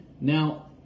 Now